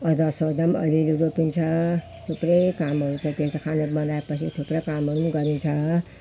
अदुवा सदुवा पनि अलि अलि रोपिन्छ थुप्रै कामहरू छ त्यता खाना बनाए पछि थुप्रै कामहरू पनि गरिन्छ